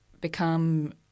become